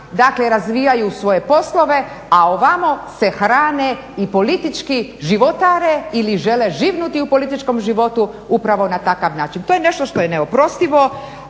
dakle razvijaju svoje poslove, a ovamo se hrane i politički životare ili žele živnuti u političkom životu upravo na takav način. To je nešto što je neoprostivo,